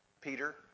Peter